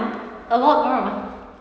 a lot